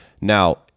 Now